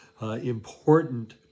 important